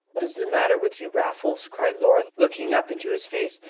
what is the matter with you, raffles? cried laura, looking up into his face.